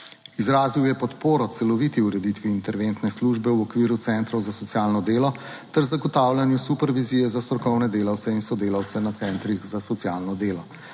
Izrazil je podporo celoviti ureditvi interventne službe v okviru centrov za socialno delo ter zagotavljanju super vizije za strokovne delavce in sodelavce na centrih za socialno delo.